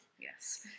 Yes